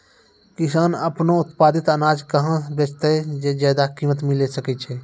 किसान आपनो उत्पादित अनाज कहाँ बेचतै जे ज्यादा कीमत मिलैल सकै छै?